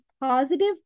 positive